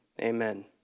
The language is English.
Amen